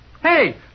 Hey